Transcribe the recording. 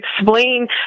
explain